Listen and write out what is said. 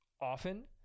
often